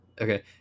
Okay